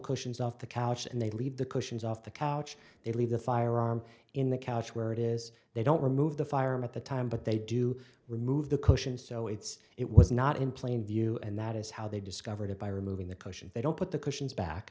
cushions off the couch and they leave the cushions off the couch they leave the firearm in the couch where it is they don't remove the firearm at the time but they do remove the cushions so it's it was not in plain view and that is how they discovered it by removing the cushions they don't put the cushions back